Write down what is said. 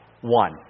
One